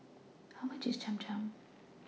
How much IS Cham Cham